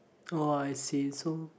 oh I see so